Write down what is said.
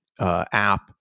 app